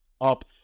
up